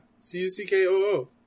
C-U-C-K-O-O